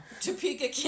Topeka